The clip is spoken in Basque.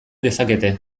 dezakete